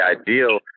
ideal